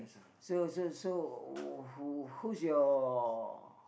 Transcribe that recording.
so so so who who's your